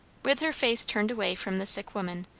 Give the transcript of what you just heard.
with her face turned away from the sick woman,